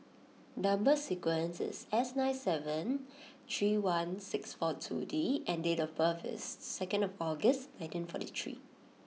number sequence is S nine seven three one six four two D and date of birth is second August nineteen forty three